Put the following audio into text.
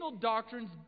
doctrines